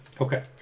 Okay